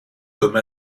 comme